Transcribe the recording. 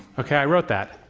okay, i wrote that.